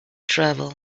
travel